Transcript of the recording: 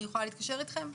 אני יכולה להתקשר איתכם?